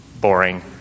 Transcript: Boring